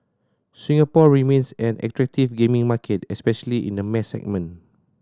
Singapore remains an attractive gaming market especially in the mass segment